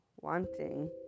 wanting